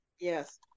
yes